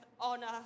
honor